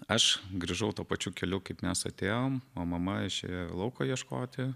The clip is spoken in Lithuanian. aš grįžau tuo pačiu keliu kaip mes atėjom o mama išėjo į lauką ieškoti